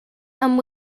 amb